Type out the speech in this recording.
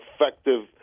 effective